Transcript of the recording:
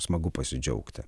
smagu pasidžiaugti